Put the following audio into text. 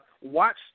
watch